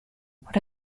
what